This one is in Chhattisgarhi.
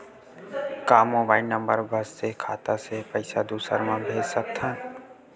का मोबाइल नंबर बस से खाता से पईसा दूसरा मा भेज सकथन?